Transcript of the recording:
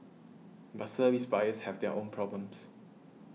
but service buyers have their own problems